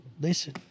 Listen